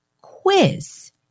quiz